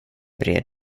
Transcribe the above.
bred